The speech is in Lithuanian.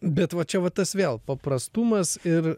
bet va čia va tas vėl paprastumas ir